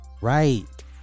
right